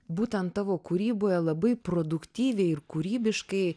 būtent tavo kūryboje labai produktyviai ir kūrybiškai